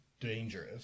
dangerous